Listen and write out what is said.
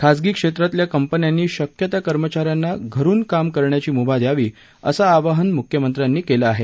खासगी क्षेत्रातल्या कंपन्यांनी शक्य त्या कर्मचाऱ्यांना घरून काम करण्याची मुभा द्यावी असं आवाहन मुख्यमंत्र्यांनी केलं आहे